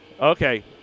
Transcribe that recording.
Okay